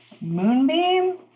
moonbeam